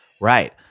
right